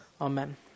Amen